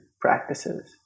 practices